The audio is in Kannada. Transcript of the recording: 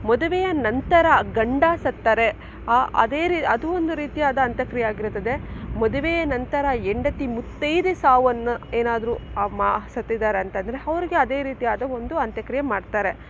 ಮದುವೆಯ ನಂತರ ಗಂಡ ಸತ್ತರೆ ಅದೇ ರೀ ಅದು ಒಂದು ರೀತಿಯಾದ ಅಂತ್ಯಕ್ರಿಯೆ ಆಗಿರುತ್ತದೆ ಮದುವೆಯ ನಂತರ ಹೆಂಡತಿ ಮುತ್ತೈದೆ ಸಾವನ್ನು ಏನಾದ್ರೂ ಮ ಸತ್ತಿದ್ದಾರೆ ಅಂತಂದರೆ ಅವ್ರಿಗೆ ಅದೇ ರೀತಿಯಾದ ಒಂದು ಅಂತ್ಯಕ್ರಿಯೆ ಮಾಡ್ತಾರೆ